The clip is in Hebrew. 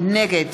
נגד